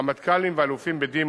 רמטכ"לים ואלופים בדימוס,